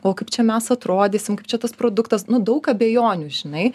o kaip čia mes atrodysim kaip čia tas produktas nu daug abejonių žinai